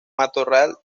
matorral